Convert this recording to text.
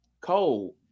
Cold